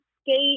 skate